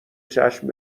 چشم